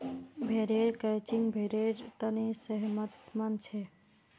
भेड़ेर क्रचिंग भेड़ेर तने सेहतमंद छे